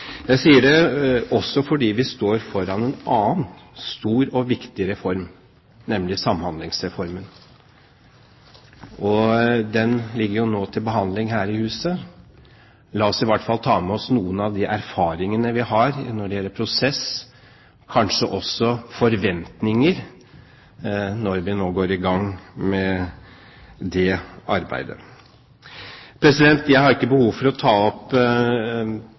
Jeg sier dette fordi vi står foran en annen stor og viktig reform, nemlig Samhandlingsreformen. Den ligger nå til behandling her i huset. La oss i hvert fall ta med oss noen av erfaringene vi har når det gjelder prosess, kanskje også forventninger, når vi nå går i gang med det arbeidet. Jeg har ikke behov for å ta opp